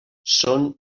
són